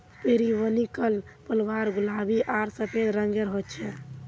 periwinkle flower गुलाबी आर सफ़ेद रंगेर होचे